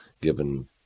given